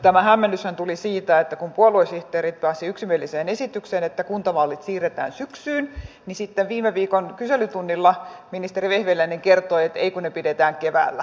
tämä hämmennyshän tuli siitä että kun puoluesihteerit pääsivät yksimieliseen esitykseen että kuntavaalit siirretään syksyyn niin sitten viime viikon kyselytunnilla ministeri vehviläinen kertoi että ei kun ne pidetään keväällä